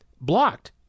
blocked